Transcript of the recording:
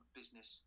business